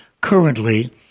currently